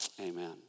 Amen